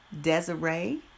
Desiree